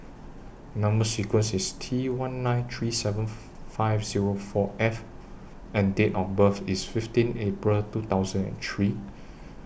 Number sequence IS T one nine three seven five Zero four F and Date of birth IS fifteen April two thousand and three